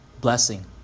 blessing